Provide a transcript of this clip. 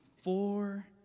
four